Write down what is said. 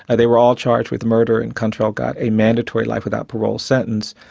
and they were all charged with murder, and kuntrell got a mandatory life without parole sentence.